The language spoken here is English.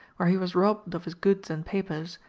where he was robbed of his goods and papers,